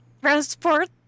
transport